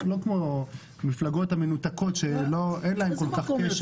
לא כמו המפלגות המנותקות שאין להן כל כך קשר.